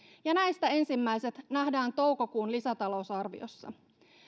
ja näistä ensimmäiset nähdään toukokuun lisätalousarviossa